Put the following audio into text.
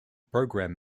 program